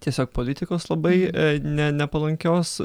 tiesiog politikos labai ne nepalankios